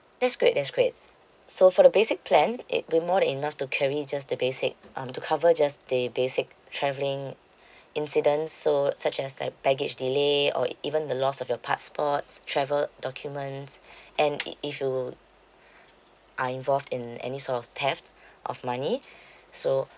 that's great that's great so for the basic plan it would more than enough to carry just the basic um to cover just the basic travelling incidents so such as like baggage delay or even the loss of your passports travel documents and if you are involved in any sort of theft of money so